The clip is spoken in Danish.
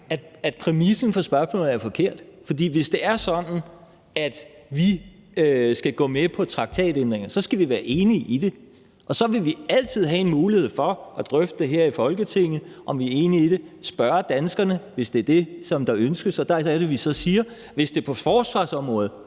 at præmissen for spørgsmålet er forkert, for hvis det er sådan, at vi skal gå med til traktatændringer, skal vi være enige, og så vil vi altid have en mulighed for at drøfte det her i Folketinget og spørge danskerne, hvis det er det, der ønskes. Der er det, at vi siger, at hvis det er på forsvarsområdet